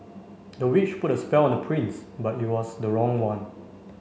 the witch put a spell on the prince but it was the wrong one